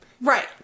Right